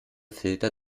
filter